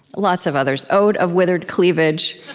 lots of others, ode of withered cleavage,